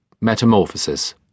Metamorphosis